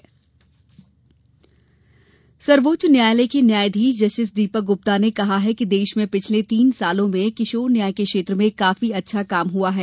बाल न्याय सेमिनार सर्वोच्च न्यायालय के न्यायाधीश जस्टिस दीपक गुप्ता ने कहा है कि देश में पिछले तीन वर्षो में किशोर न्याय के क्षेत्र में काफी अच्छा काम हुआ है